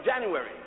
January